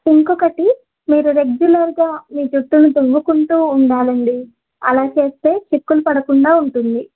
ఇంకొకటి మీరు రెగ్యులర్గా మీ జుట్టును దువ్వుకుంటు ఉండాలండి అలా చేస్తే చిక్కులు పడకుండా ఉంటుంది